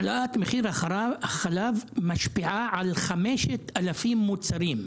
העלאת מחיר החלב משפיעה על 5,000 מוצרים.